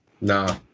nah